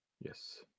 Yes